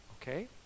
Okay